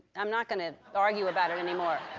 i'm not gonna argue about it anymore.